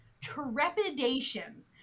trepidation